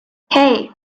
hey